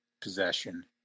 possession